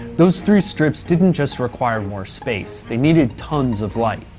those three strips didn't just require more space, they needed tons of light.